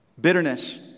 bitterness